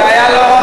זה היה לא ראוי.